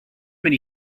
many